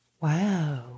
wow